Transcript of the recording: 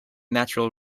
natural